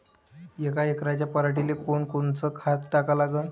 यका एकराच्या पराटीले कोनकोनचं खत टाका लागन?